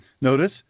Notice